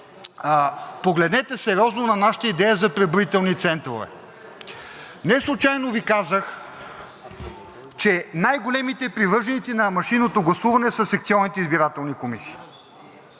погледнете сериозно на нашата идея за преброителни центрове. Неслучайно Ви казах, че най-големите привърженици на машинното гласуване са секционните избирателни комисии.